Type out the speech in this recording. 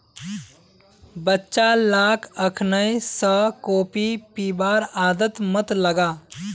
बच्चा लाक अखनइ स कॉफी पीबार आदत मत लगा